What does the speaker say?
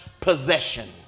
possession